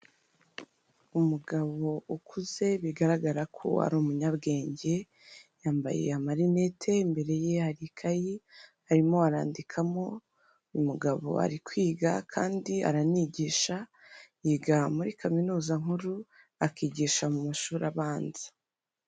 Umugabo ukuze bigaragara ko ari umunyabwenge, yambaye amarinete imbere ye hari ikayi arimo arandikamo, uyu mugabo ari kwiga kandi aranigisha, yiga muri kaminuza nkuru, akigisha mu mashuri abanza.